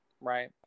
right